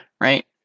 right